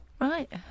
Right